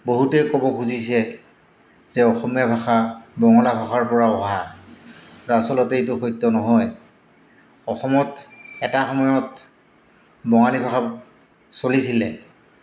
বহুতেই ক'ব খুজিছে যে অসমীয়া ভাষা বঙলা ভাষাৰ পৰা অহা আচলতে এইটো সত্য নহয় অসমত এটা সময়ত বঙালী ভাষা চলিছিলে